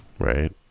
Right